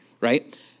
right